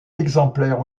exemplaire